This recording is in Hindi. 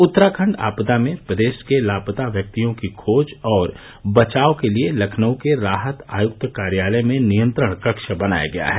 उत्तराखंड आपदा में प्रदेश के लापता व्यक्तियों के खोज और बचाव के लिए लखनऊ के राहत आयुक्त कार्यालय में नियंत्रण कक्ष बनाया गया है